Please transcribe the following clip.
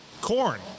corn